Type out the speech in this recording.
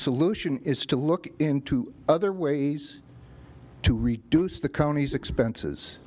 solution is to look into other ways to reduce the county's expenses